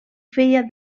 feia